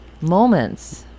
moments